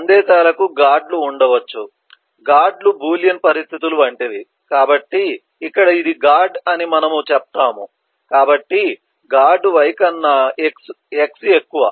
సందేశాలకు గార్డ్లు ఉండవచ్చు గార్డ్లు బూలియన్ పరిస్థితుల వంటివి కాబట్టి ఇక్కడ ఇది గార్డ్ అని మనము చెప్తాము కాబట్టి గార్డు y కన్నా x ఎక్కువ